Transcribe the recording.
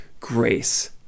grace